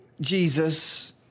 Jesus